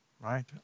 right